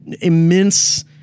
immense